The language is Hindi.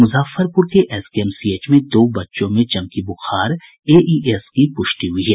मुजफ्फरपुर के एसकेएमसीएच में दो बच्चों में चमकी बुखार एईएस की पुष्टि हुई है